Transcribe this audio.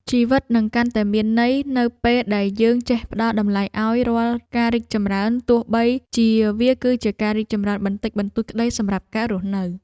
ជីវិតនឹងកាន់តែមានន័យនៅពេលដែលយើងចេះផ្ដល់តម្លៃឱ្យរាល់ការរីកចម្រើនទោះបីជាវាគឺជាការរីកចម្រើនបន្តិចបន្តួចក្តីសម្រាប់ការរស់នៅ។